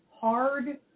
hard